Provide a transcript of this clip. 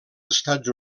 estats